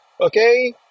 okay